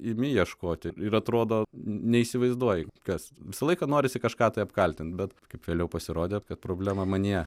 imi ieškoti ir atrodo neįsivaizduoji kas visą laiką norisi kažką tai apkaltint bet kaip vėliau pasirodė kad problema manyje